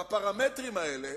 בפרמטרים האלה